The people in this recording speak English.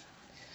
!wah!